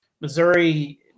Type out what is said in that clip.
Missouri